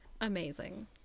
Amazing